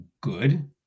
good